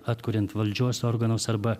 atkuriant valdžios organus arba